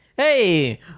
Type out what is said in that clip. Hey